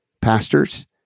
pastors